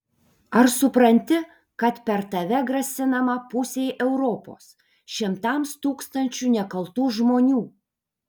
ar supranti kad per tave grasinama pusei europos šimtams tūkstančių nekaltų žmonių